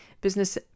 business